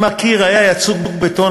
אם הקיר היה יצוק בטון,